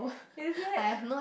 it is